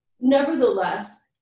Nevertheless